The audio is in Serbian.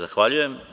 Zahvaljujem.